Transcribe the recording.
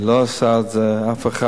היא לא עושה את זה, אף אחד.